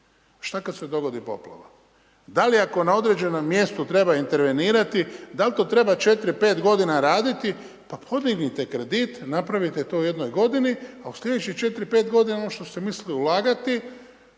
šta kada se dogodi poplava? Da li ako na određenom mjestu treba intervenirati da li to treba 4, 5 godina raditi. Pa podignite kredite, napravite to u jednoj godini a u sljedećih 4, 5 godina ono što ste mislili ulagati